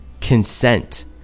consent